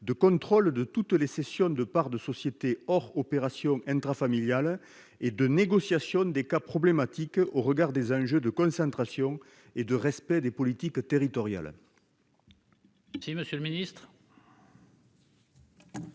de contrôle sur toutes les cessions de parts de sociétés, hors opérations intrafamiliales, et un pouvoir de négociation dans les cas problématiques au regard des enjeux de concentration et de respect des politiques territoriales ? La parole est à M. le ministre.